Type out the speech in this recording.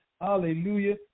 Hallelujah